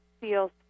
feels